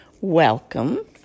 welcome